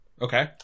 Okay